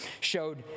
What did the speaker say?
showed